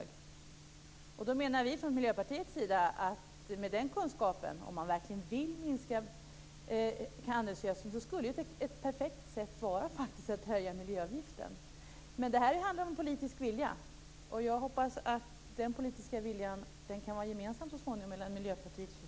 Med den kunskapen menar vi från Miljöpartiet att ett perfekt sätt, om man verkligen vill minska användningen av handelsgödsel, skulle vara att höja miljöavgiften. Det handlar om politisk vilja. Jag hoppas att den politiska viljan så småningom kan vara gemensam för Miljöpartiet och